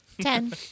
Ten